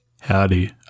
howdy